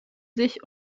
sich